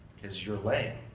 cause you're lame.